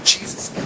Jesus